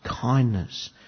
kindness